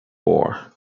war